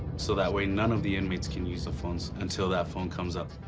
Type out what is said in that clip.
so that way none of the inmates can use the phones until that phone comes up.